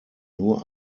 nur